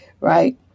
right